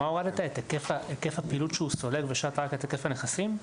הורדת את היקף הפעילות שהוא סולק והשארת רק את היקף הנכסים?